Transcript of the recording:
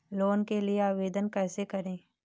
Loan के लिए आवेदन कैसे करें?